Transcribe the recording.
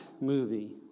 movie